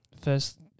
first